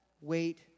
wait